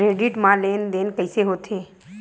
Credit मा लेन देन कइसे होथे?